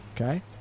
Okay